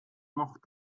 noch